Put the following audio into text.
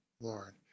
Lord